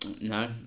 No